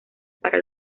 para